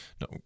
No